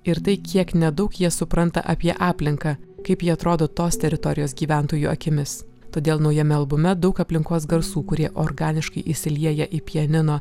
ir tai kiek nedaug jie supranta apie aplinką kaip jie atrodo tos teritorijos gyventojų akimis todėl naujame albume daug aplinkos garsų kurie organiškai įsilieja į pianino